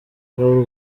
w’u